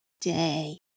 day